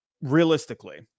realistically